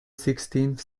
sixteenth